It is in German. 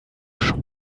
schon